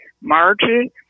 Margie